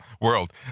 world